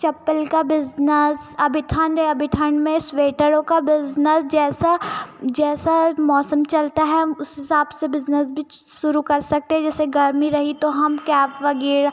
चप्पल का बिजनस अभी ठंड है अभी ठंड में स्वेटरों का बिजनस जैसा जैसा मौसम चलता है हम उस हिसाब से बिजनस भी शुरू कर सकते हैं जैसे गर्मी रही तो हम कैप वगैरह